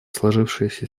сложившейся